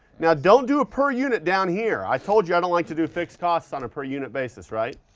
now don't do a per unit down here. i told you i don't like to do a fixed cost on a per unit basis, right?